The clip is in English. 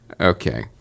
Okay